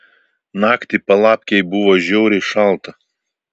naktį palapkėj buvo žiauriai šalta